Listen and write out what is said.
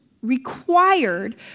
required